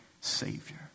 Savior